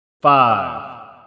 Five